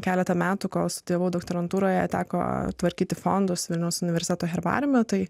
keletą metų kol studijavau doktorantūroje teko tvarkyti fondo vilniaus universiteto herbariume tai